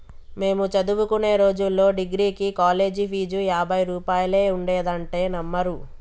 మేము చదువుకునే రోజుల్లో డిగ్రీకి కాలేజీ ఫీజు యాభై రూపాయలే ఉండేదంటే నమ్మరు